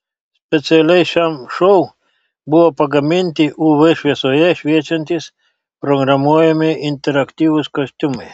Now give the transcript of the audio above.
specialiai šiam šou buvo pagaminti uv šviesoje šviečiantys programuojami interaktyvūs kostiumai